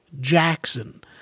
Jackson